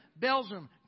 Belgium